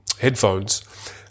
headphones